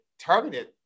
targeted